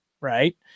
right